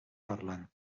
parlant